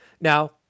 Now